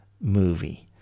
movie